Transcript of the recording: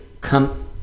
come